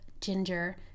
ginger